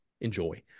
enjoy